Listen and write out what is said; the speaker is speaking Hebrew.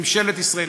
ממשלת ישראל,